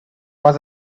was